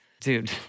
dude